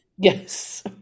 Yes